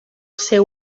seu